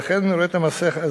ולכן, אני רואה את המעשה הזה